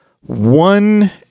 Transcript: One